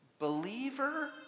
believer